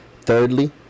Thirdly